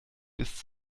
bis